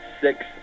six